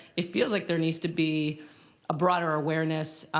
it feels like there needs to be a broader awareness